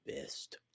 best